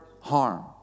harm